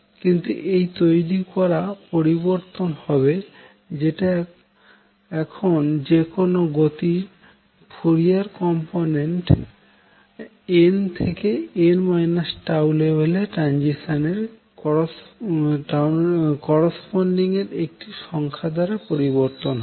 কিন্তু এই তৈরি করা পরিবর্তন হবে যেটা এখন যেকোনো গতির ফুরিয়ার কম্পোনেন্ট n থেকে n τ লেভেল থেকে ট্রাঞ্জিশন এর করস্পনডিং একটি সংখ্যা দ্বারা পরিবর্তন হবে